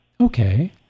Okay